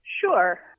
Sure